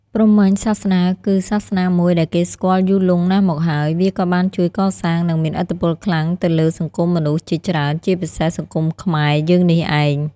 ព្រហ្មញ្ញសាសនា គឺសាសនាមួយដែលគេស្គាល់យូរលង់ណាស់មកហើយ វាក៏បានជួយកសាង និងមានឥទ្ធិពលខ្លាំងទៅលើសង្គមមនុស្សជាច្រើន ជាពិសេស សង្គមខ្មែរ យើងនេះឯង។